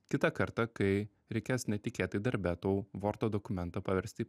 kitą kartą kai reikės netikėtai darbe tau vordo dokumentą paversti į